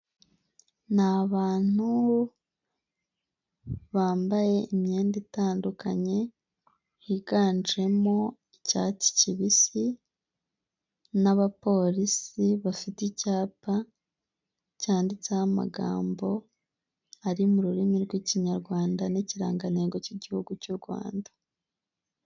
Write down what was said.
Ni abantu bambaye imyenda itandukanye, higanjemo icyatsi kibisi n'abapolisi bafite icyapa cyanditseho amagambo ari mu rurimi rw'ikinyarwanda n'ikirangantego cy'igihugu cy'u Rwanda.